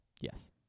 Yes